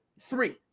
three